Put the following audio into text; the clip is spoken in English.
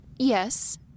Yes